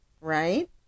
right